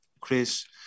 Chris